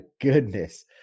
goodness